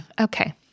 Okay